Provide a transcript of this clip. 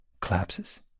collapses